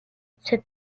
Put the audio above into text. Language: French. cette